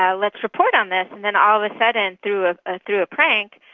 yeah let's report on this, and then all of a sudden through ah ah through a prank,